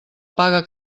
paga